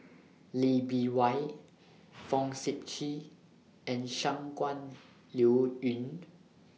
Lee Bee Wah Fong Sip Chee and Shangguan Liuyun